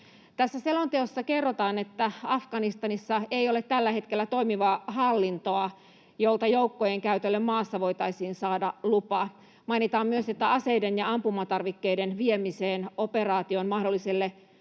selonteossa kerrotaan, että Afganistanissa ei ole tällä hetkellä toimivaa hallintoa, jolta joukkojen käytölle maassa voitaisiin saada lupa. Mainitaan myös, että aseiden ja ampumatarvikkeiden viemiseen operaation mahdolliselle